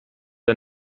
der